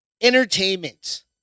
Entertainment